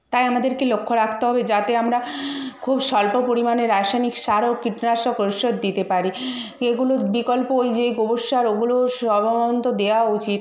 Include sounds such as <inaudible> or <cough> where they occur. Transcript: তাই আমাদেরকে লক্ষ্য রাখতে হবে যাতে আমরা খুব স্বল্প পরিমাণে রাসায়নিক সার ও কীটনাশক ঔষধ দিতে পারি এগুলোর বিকল্প ওই যে গোবর সার ওগুলোও সবরন্ত <unintelligible> দেওয়া উচিত